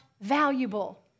valuable